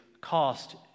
cost